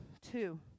Two